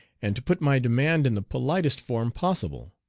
and to put my demand in the politest form possible.